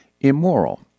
immoral